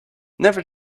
never